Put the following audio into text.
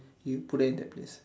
you put her in that place